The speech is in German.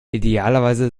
idealerweise